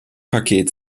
paket